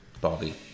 Bobby